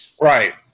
Right